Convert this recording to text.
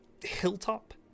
hilltop